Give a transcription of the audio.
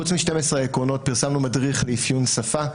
חוץ מ-12 העקרונות פרסמנו מדריך לאפיון שפה,